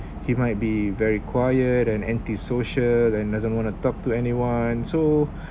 he might be very quiet and antisocial and doesn't want to talk to anyone so